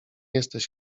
jesteś